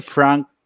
Frank